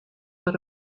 but